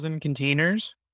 containers